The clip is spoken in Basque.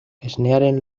esnearen